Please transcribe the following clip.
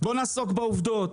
בואו נעסוק בעובדות.